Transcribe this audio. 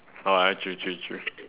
oh true true true